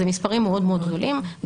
זה מספרים מאוד גדולים.